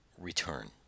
return